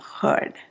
heard